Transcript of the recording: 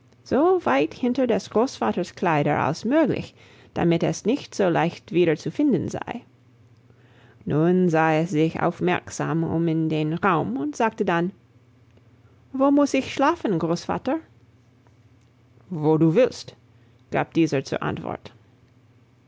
weit hinter des großvaters kleider als möglich damit es nicht so leicht wieder zu finden sei nun sah es sich aufmerksam um in dem raum und sagte dann wo muss ich schlafen großvater wo du willst gab dieser zur antwort